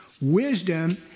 Wisdom